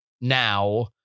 now